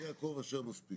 יעקב אשר מספיק.